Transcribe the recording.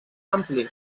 ampli